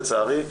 לצערי,